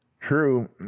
True